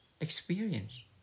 experience